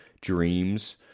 dreams